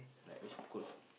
like always scold